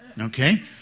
Okay